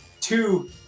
two